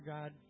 God